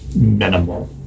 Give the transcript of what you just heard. minimal